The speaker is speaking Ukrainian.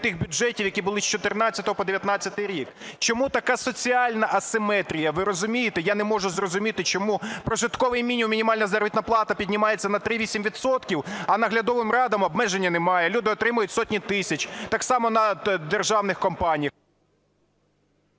тих бюджетів, які були з 14-го по 19-й рік? Чому така соціальна асиметрія? Ви розумієте? Я не можу зрозуміти, чому прожитковий мінімум, мінімальна заробітна плата піднімається на 3-8 відсотків, а наглядовим радам обмеження немає, люди отримують сотні тисяч. Так само в державних компаніях…